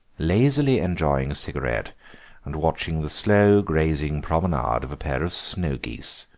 lazily enjoying a cigarette and watching the slow grazing promenade of a pair of snow-geese,